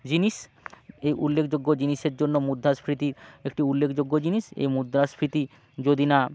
জিনিস এই উল্লেখযোগ্য জিনিসের জন্য মুদ্রাস্ফীতি একটি উল্লেখযোগ্য জিনিস এই মুদ্রাস্ফীতি যদি না